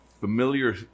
familiar